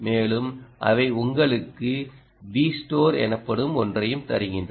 மேலும் அவை உங்களுக்கு Vstore எனப்படும் ஒன்றையும் தருகின்றன